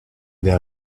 there